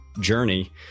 journey